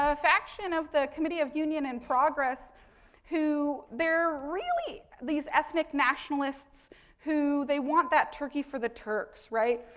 ah faction of the committee of union and progress who, they're really these ethnic nationalists who, they want that turkey for the turks, right.